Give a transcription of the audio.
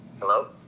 Hello